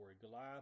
Goliath